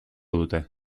dute